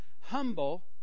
humble